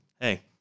hey